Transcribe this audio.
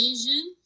Asian